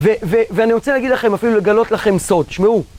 ואני רוצה להגיד לכם, אפילו לגלות לכם סוד, שמעו.